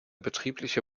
betriebliche